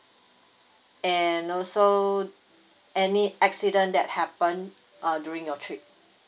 and also any accident that happen uh during your trip